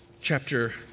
chapter